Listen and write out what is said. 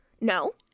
No